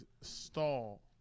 stall